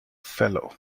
fellow